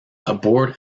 aboard